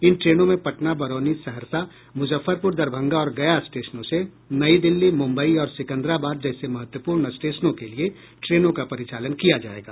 इन ट्रेनों में पटना बरौनी सहरसा मूजफ्फरपूर दरभंगा और गया स्टेशनों से नई दिल्ली मूम्बई और सिकंदराबाद जैसे महत्वपूर्ण स्टेशनों के लिए ट्रेनों का परिचालन किया जायेगा